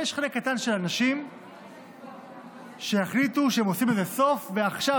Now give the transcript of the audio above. ויש חלק קטן של אנשים שיחליטו שהם עושים לזה סוף ועכשיו,